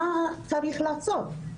מה צריך לעשות.